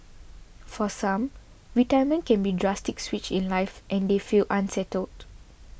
for some retirement can be a drastic switch in life and they feel unsettled